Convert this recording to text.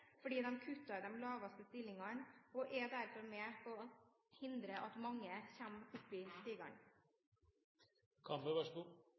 fordi de kutter ut de laveste stillingene og er derfor med på å hindre at mange kommer opp i stigene. Takk for en god